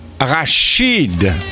Rashid